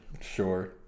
Sure